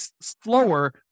slower